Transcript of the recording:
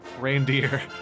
reindeer